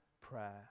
prayer